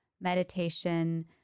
meditation